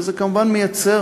וזה כמובן מייצר